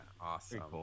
Awesome